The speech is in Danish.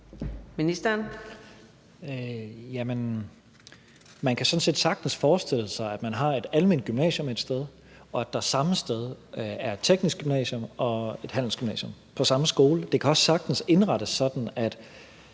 sådan set sagtens forestille sig, at man har et alment gymnasium et sted, og at der samme sted er et teknisk gymnasium og et handelsgymnasium, altså på samme skole. Det kan også sagtens indrettes sådan, at